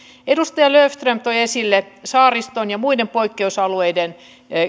edustaja löfström toi esille saariston ja muiden poikkeusalueiden